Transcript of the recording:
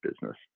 business